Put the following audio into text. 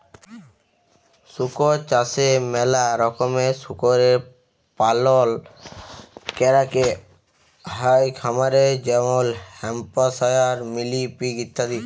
শুকর চাষে ম্যালা রকমের শুকরের পালল ক্যরাক হ্যয় খামারে যেমল হ্যাম্পশায়ার, মিলি পিগ ইত্যাদি